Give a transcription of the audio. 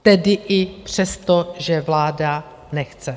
Tedy i přesto, že vláda nechce.